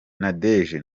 nadege